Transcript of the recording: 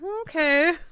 okay